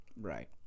Right